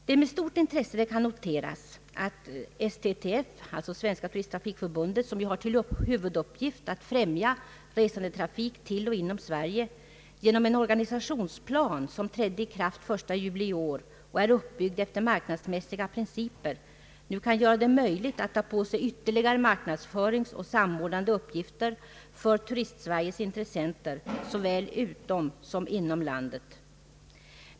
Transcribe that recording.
Det kan med stort intresse noteras att Svenska turisttrafikförbundet, som ju har till huvuduppgift att främja resandetrafik till och inom Sverige, genom en organisationsplan som trädde i kraft den 1 juli i år och som är uppbygd efter marknadsmässiga principer, nu kan ta på sig ytterligare marknadsföringsoch samordnande uppgifter för Turistsveriges intressenter såväl utom som inom landet.